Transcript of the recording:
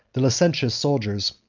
the licentious soldiers,